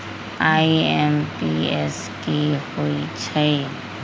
IMPS की होईछइ?